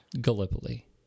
Gallipoli